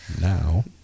Now